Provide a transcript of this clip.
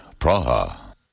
Praha